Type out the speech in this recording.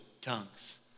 tongues